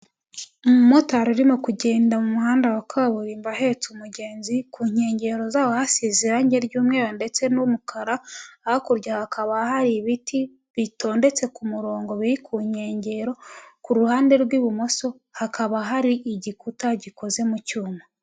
Umumotari urimo kugenda mu muhanda wa kaburimbo ahetse umugenzi, ku nkengero zawo hasize irange ry'umweru ndetse n'umukara, hakurya hakaba hari ibiti bitondetse ku murongo biri ku nkengero, ku ruhande rw'ibumoso hakaba hari igikuta gikoze mu cyuma.